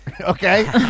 okay